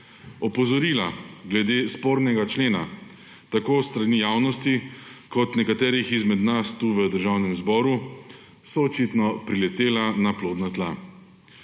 Opozorila glede spornega člena tako s strani javnosti kot nekaterih izmed nas tukaj v Državnem zboru so očitno priletela na plodna tla.